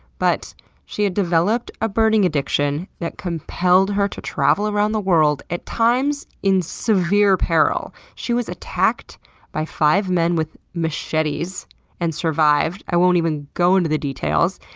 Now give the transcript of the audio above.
but she had developed a birding addiction that compelled her to travel around the world, at times in severe peril. she was attacked by five men with machetes and survived. i won't even go into the details,